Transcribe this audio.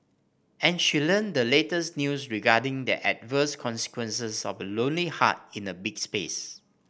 and she learnt the latest news regarding the adverse consequences of a lonely heart in a big space